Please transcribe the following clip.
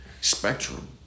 spectrum